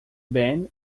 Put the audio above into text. bem